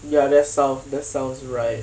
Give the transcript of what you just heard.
ya that sound that sounds right